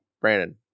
Brandon